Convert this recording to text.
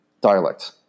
dialect